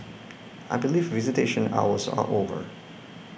I believe visitation hours are over